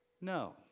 No